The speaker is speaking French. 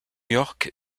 york